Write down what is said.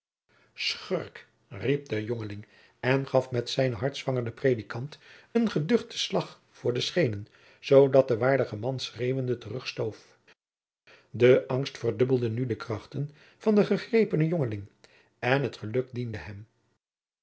riep de jongeling en gaf met zijnen hartsvanger den predikant een geduchten slag voor de schenen zoodat de waardige man schreeuwende terugstoof de angst verdubbelde nu de krachten van den gegrepenen jongeling en het geluk diende hem